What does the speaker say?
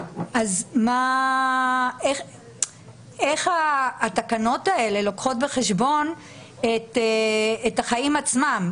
איך התקנות האלה לוקחות בחשבון את החיים עצמם?